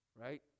right